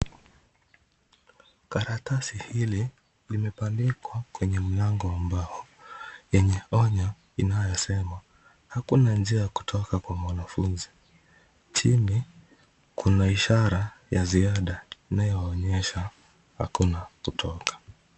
Karatasi hili limebandikwa kwenye mlango ambao, yenye onyo inayosema hakuna njia ya kutoka kwa mwanafunzi. Chini kuna ishara ya ziada inayoonyesha hakuna kutoka.